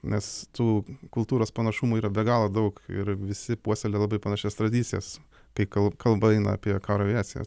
nes tų kultūros panašumų yra be galo daug ir visi puoselėja labai panašias tradicijas kai kal kalba eina apie karo aviaciją